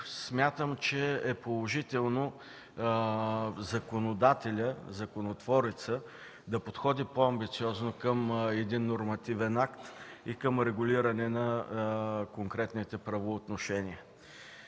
смятам, че е положително законодателят, законотворецът да подходи по-амбициозно към един нормативен акт и регулиране на конкретните правоотношения.